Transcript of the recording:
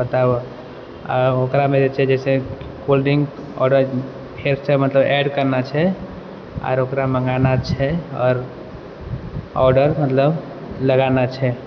बताबह आर ओकरामे जे छै जैसे कोल्ड ड्रिंक औरो फेरसँ मतलब एड करना छै आर ओकरा मङ्गाना छै आओर ऑर्डर मतलब लगाना छै